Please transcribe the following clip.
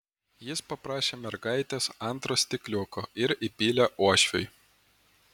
jis paprašė mergaitės antro stikliuko ir įpylė uošviui